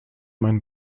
mein